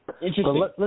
interesting